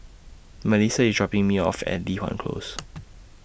Milissa IS dropping Me off At Li Hwan Close